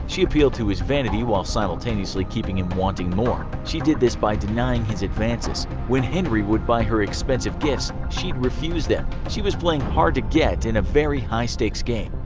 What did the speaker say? she appealed to his vanity while simultaneously keeping him wanting more. she did this by denying his advances. when henry would buy her expensive gifts, she'd refuse them. she was playing hard to get in a very high-stakes game.